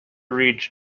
read